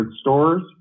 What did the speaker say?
stores